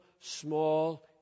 small